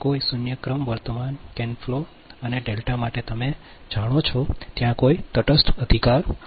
તેથી કોઈ શૂન્ય ક્રમ વર્તમાન કેનફ્લો અને ડેલ્ટા માટે તમે જાણો છો ત્યાં કોઈ તટસ્થ અધિકાર નથી